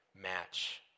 match